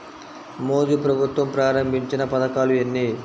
మోదీ ప్రభుత్వం ప్రారంభించిన పథకాలు ఎన్ని?